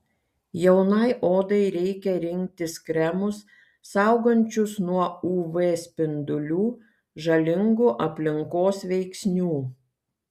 jaunai odai reikia rinktis kremus saugančius nuo uv spindulių žalingų aplinkos veiksnių